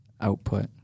output